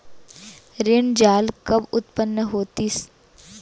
ऋण जाल कब उत्पन्न होतिस?